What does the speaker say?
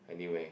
anyway